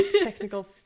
technical